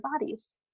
bodies